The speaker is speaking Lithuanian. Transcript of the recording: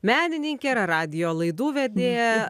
menininkė ir radijo laidų vedėja